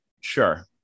Sure